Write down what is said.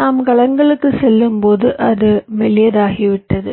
நாம் கலங்களுக்குச் செல்லும்போது அது மெல்லியதாகிவிட்டது